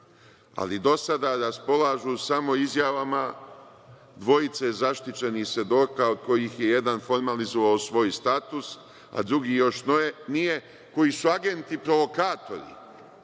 ali do sada raspolažu samo izjavama dvojice zaštićenih svedoka, od kojih je jedan formalizovao svoj status, a drugi još nije, koji su agenti provokatori,